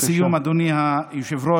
לסיום, אדוני היושב-ראש,